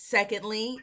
Secondly